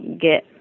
get